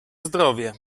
zdrowie